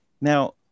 Now